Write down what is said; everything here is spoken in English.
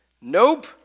Nope